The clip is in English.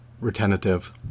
retentive